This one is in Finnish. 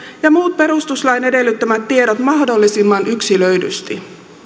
ja muut perustuslain edellyttämät tiedot mahdollisimman yksilöidysti